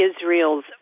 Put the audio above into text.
Israel's